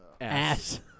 ass